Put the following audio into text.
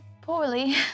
poorly